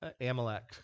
Amalek